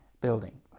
building